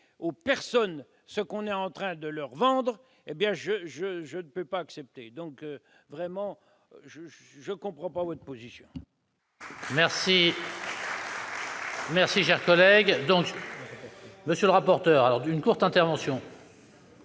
aux personnes ce que l'on est en train de leur vendre, je n'accepte pas ! Vraiment, je ne comprends pas votre position